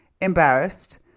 embarrassed